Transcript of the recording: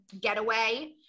getaway